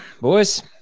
boys